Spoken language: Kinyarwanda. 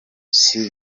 isi